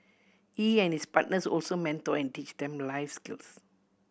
he and his partners also mentor and teach them life skills